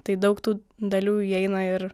tai daug tų dalių įeina ir